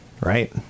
right